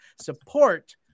support